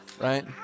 Right